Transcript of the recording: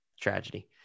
Tragedy